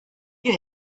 you